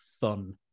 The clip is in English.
fun